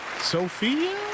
Sophia